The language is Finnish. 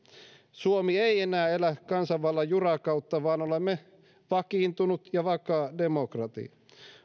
suomi ei enää elä kansanvallan jurakautta vaan olemme vakiintunut ja vakaa demokratia